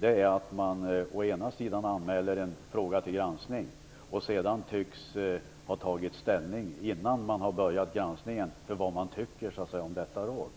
är att man först anmäler en fråga till granskning och sedan tycks ha tagit ställning innan granskningen har börjat, och bestämt sig för vad man tycker om detta råd.